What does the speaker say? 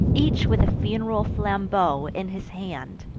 each with a fun'ral flambeau in his hand.